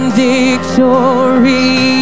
victory